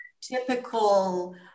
typical